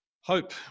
Hope